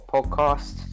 Podcast